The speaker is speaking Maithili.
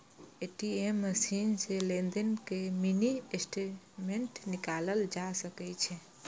ए.टी.एम मशीन सं लेनदेन के मिनी स्टेटमेंट निकालल जा सकै छै